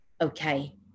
okay